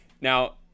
now